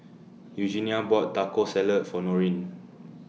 Eugenia bought Taco Salad For Norene